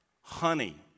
honey